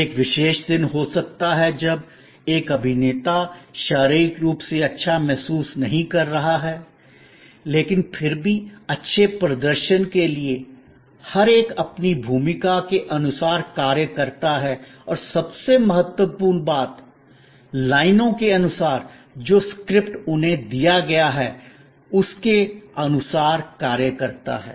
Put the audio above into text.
एक विशेष दिन हो सकता है जब एक अभिनेता शारीरिक रूप से अच्छा महसूस नहीं कर रहा है लेकिन फिर भी अच्छे प्रदर्शन के लिए हर एक अपनी भूमिका के अनुसार कार्य करता है और सबसे महत्वपूर्ण बात लाइनों के अनुसार जो स्क्रिप्ट उन्हें दिया गया है उसके अनुसार कार्य करता है